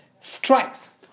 strikes